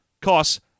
costs